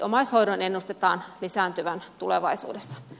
omaishoidon ennustetaan lisääntyvän tulevaisuudessa